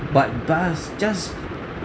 but but it's just